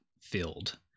filled